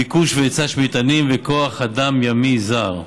ביקוש והיצע של מטענים וכוח אדם ימי זר.